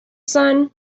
sun